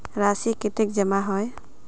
राशि कतेक जमा होय है?